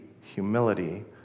humility